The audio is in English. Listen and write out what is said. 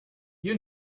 you